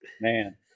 man